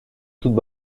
toute